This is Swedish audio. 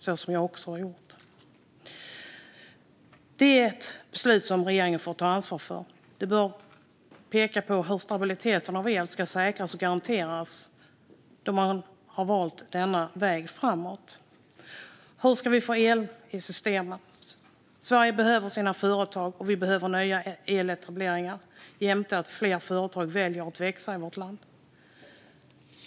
Detta är ett beslut som regeringen får ta ansvar för. Regeringen bör peka på hur elstabiliteten ska säkras och garanteras när man har valt denna väg framåt. Hur ska vi få el i systemet? Sverige behöver sina företag, och vi behöver nya etableringar jämte att fler företag väljer att växa i vårt land.